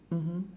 mmhmm